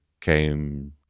came